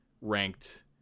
ranked